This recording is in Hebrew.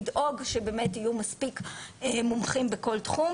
לדאוג שבאמת יהיו מספיק מומחים בכל תחום.